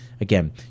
Again